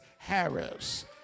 Harris